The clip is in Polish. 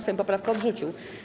Sejm poprawkę odrzucił.